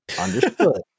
Understood